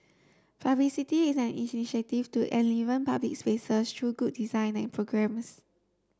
publicity is an initiative to enliven public spaces through good design and programmes